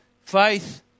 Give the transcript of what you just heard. faith